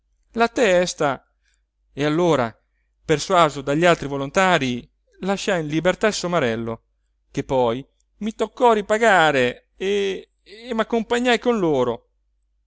la testa e allora persuaso dagli altri volontarii lasciai in libertà il somarello che poi mi toccò ripagare e e m'accompagnai con loro